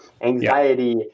anxiety